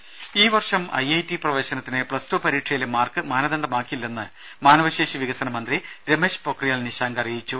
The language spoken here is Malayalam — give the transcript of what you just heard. രുമ ഈ വർഷം ഐ ഐ ടി പ്രവേശനത്തിന് പ്ലസ് ടു പരീക്ഷയിലെ മാർക്ക് മാനദണ്ഡമാക്കില്ലെന്ന് മാനവശേഷി വികസന മന്ത്രി രമേഷ് പൊഖ്രിയാൽ നിശാങ്ക് പറഞ്ഞു